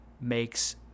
makes